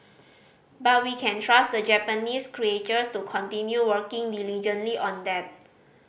but we can trust the Japanese creators to continue working diligently on that